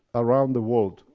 around the world,